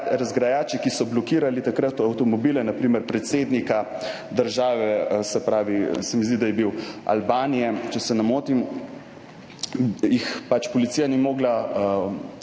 razgrajačev, ki so takrat blokirali avtomobile – na primer predsednika države, se mi zdi, da je bil Albanije, če se ne motim – pač policija ni mogla